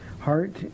heart